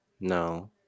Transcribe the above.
No